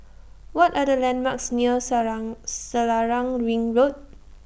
What Are The landmarks near Selarang Ring Road